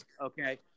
Okay